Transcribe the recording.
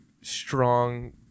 strong